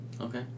Okay